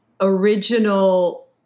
original